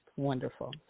wonderful